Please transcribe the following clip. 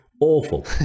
awful